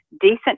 decent